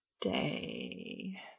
day